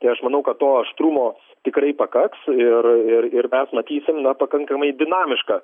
tai aš manau kad to aštrumo tikrai pakaks ir ir ir mes matysim na pakankamai dinamišką